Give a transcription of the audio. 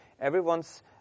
everyone's